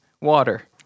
water